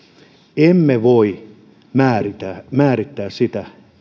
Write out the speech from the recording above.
emme voi määrittää sitä